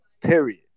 period